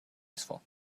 useful